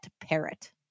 parrot